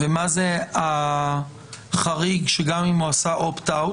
מה החריג גם אם הוא עשה Opt-out?